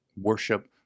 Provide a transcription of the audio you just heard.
worship